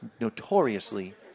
notoriously